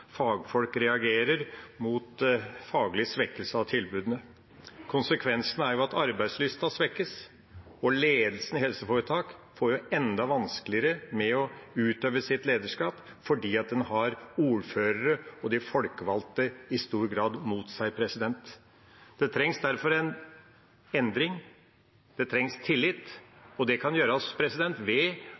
Fagfolk reagerer mot faglig svekkelse av tilbudene. Konsekvensene er at arbeidslysten svekkes, og ledelsen i helseforetakene får det enda vanskeligere med å utøve sitt lederskap fordi de har ordførerne og de folkevalgte i stor grad mot seg. Det trengs derfor en endring, det trengs tillit, og det kan gjøres ved